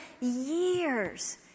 years